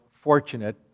fortunate